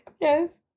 Yes